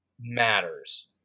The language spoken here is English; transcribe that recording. matters